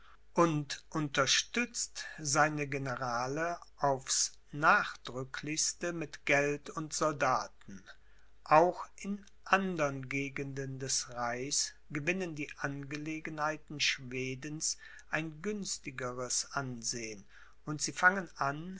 und unterstützt seine generale aufs nachdrücklichste mit geld und soldaten auch in andern gegenden des reichs gewinnen die angelegenheiten schwedens ein günstigeres ansehen und sie fangen an